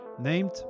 named